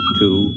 two